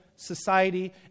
society